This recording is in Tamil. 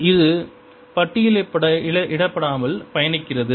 இது பட்டியலிடப்படாமல் பயணிக்கிறது